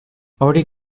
hori